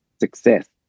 success